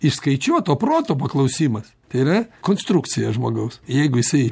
išskaičiuoto proto paklausimas yra konstrukcija žmogaus jeigu jisai